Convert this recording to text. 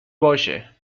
باشه